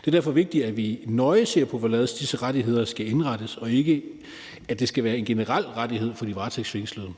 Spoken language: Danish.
Det er derfor vigtigt, at vi nøje ser på, hvorledes disse rettigheder skal indrettes, og ikke, at det skal være en generel rettighed for de varetægtsfængslede.